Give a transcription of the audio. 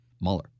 Mueller